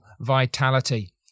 vitality